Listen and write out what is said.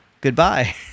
goodbye